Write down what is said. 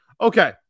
Okay